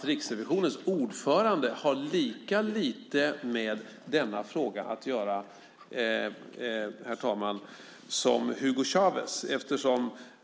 Riksrevisionens ordförande har lika lite med denna fråga att göra som Hugo Chávez.